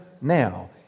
now